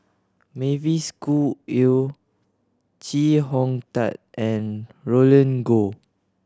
Mavis Khoo Oei Chee Hong Tat and Roland Goh